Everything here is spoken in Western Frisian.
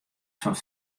fan